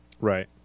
Right